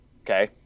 Okay